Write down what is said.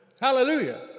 Hallelujah